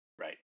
Right